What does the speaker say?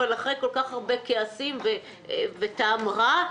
אבל אחרי כל כך הרבה כעסים וטעם רע.